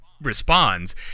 responds